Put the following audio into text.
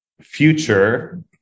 Future